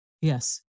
Yes